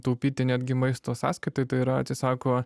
taupyti netgi maisto sąskaita tai yra atsisako